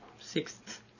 sixth